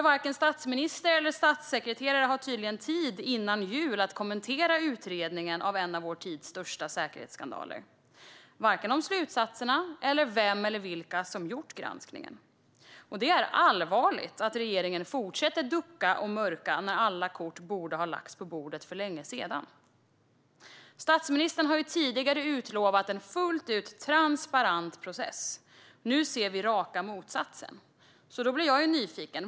Varken statsministern eller statssekreteraren har tydligen tid att före jul kommentera utredningen av en av vår tids största säkerhetsskandaler, inte av slutsatserna eller vem eller vilka som har gjort granskningen. Det är allvarligt att regeringen fortsätter att ducka och mörka när alla kort borde ha lagts på bordet för länge sedan. Statsministern har tidigare utlovat en fullt ut transparent process. Nu ser vi raka motsatsen. Nu blir jag nyfiken.